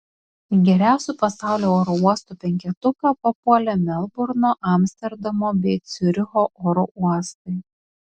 į geriausių pasaulio oro uostų penketuką papuolė melburno amsterdamo bei ciuricho oro uostai